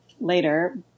later